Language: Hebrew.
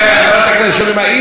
חברת הכנסת שולי מועלם,